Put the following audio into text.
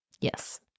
Yes